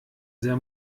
sehr